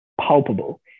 palpable